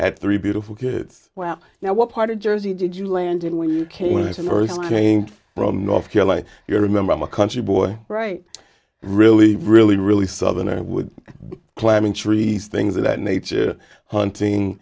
had three beautiful kids well now what part of jersey did you land in when you came with a summary strength from north carolina you remember i'm a country boy right really really really southern i would climbing trees things of that nature hunting